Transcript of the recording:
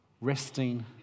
resting